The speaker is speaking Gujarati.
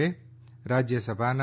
રાજ્યસભાના